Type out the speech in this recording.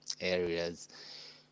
areas